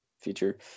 feature